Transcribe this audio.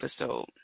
episode